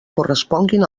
corresponguin